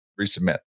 resubmit